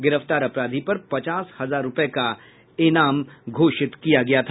गिरफ्तार अपराधी पर पचास हजार रुपये का इनाम घोषित था